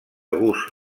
gust